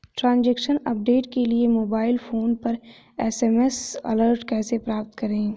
Transaction update के लिए mobile phone पर एस.एम.एस अलर्ट कैसे प्राप्त करें?